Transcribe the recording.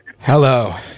Hello